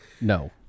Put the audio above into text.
No